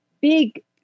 big